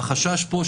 והחשש פה,